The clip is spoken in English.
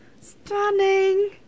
Stunning